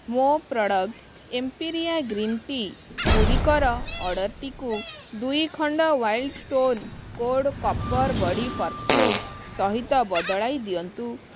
ମୋ product Empiria green tea ଗୁଡ଼ିକର ଅର୍ଡ଼ର୍ଟିକୁ ଦୁଇ ଖଣ୍ଡ wild stone code copper body perfume ସହିତ ବଦଳାଇ ଦିଅନ୍ତୁ